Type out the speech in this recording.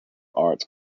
art